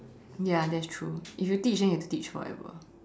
ya that's true if you teach then you have to teach forever